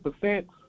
percent